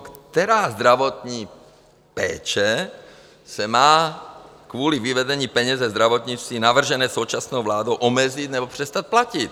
Která zdravotní péče se má kvůli vyvedení peněz ze zdravotnictví navrženému současnou vládou omezit nebo přestat platit?